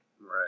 Right